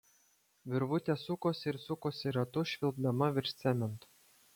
virvutė sukosi ir sukosi ratu švilpdama virš cemento